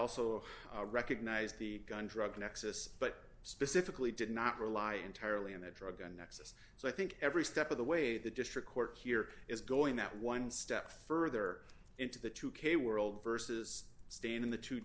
also recognized the gun drug nexus but specifically did not rely entirely on the drug and nexus so i think every step of the way the district court here is going that one step further into the two k world versus stand in the t